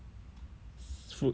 food soon